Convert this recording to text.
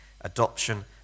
Adoption